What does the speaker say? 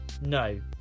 No